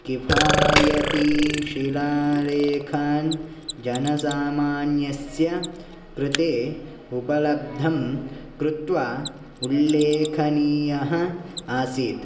किफ़ायतिशिलालेखान् जनसामान्यस्य कृते उपलब्धं कृत्वा उल्लेखनीयः आसीत्